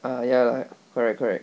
ah ya lah correct correct